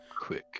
quick